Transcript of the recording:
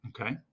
Okay